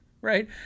right